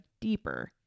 deeper